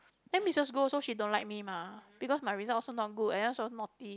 then Missus Goh also she don't like me mah because my results also not good and then also naughty